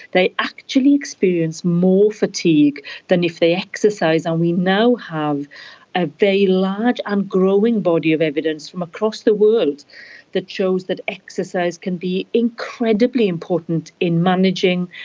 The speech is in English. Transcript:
they actually experience more fatigue than if they exercise. and we now have a very large and growing body of evidence from across the world that shows that exercise can be incredibly important in managing,